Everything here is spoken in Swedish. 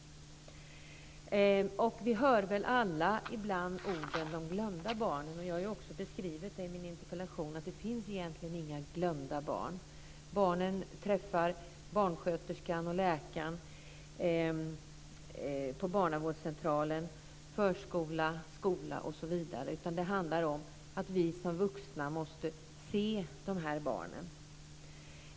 Vi hör väl alla ibland orden de glömda barnen. Jag har också i min interpellation beskrivit att det egentligen inte finns några glömda barn. Barnen träffar barnsköterskan och läkaren på barnavårdscentralen, personalen i förskolan och skolan, osv. Det handlar i stället om att vi som vuxna måste se dessa barn.